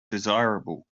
desirable